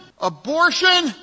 Abortion